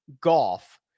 golf